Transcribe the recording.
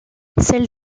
celle